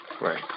right